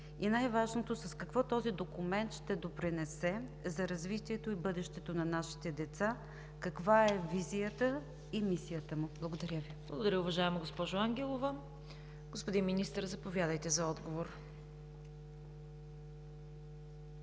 и най-важното, с какво този документ ще допринесе за развитието и бъдещето на нашите деца, каква е визията и мисията му? Благодаря Ви. ПРЕДСЕДАТЕЛ ЦВЕТА КАРАЯНЧЕВА: Благодаря, уважаема госпожо Ангелова. Господин Министър, заповядайте за отговор.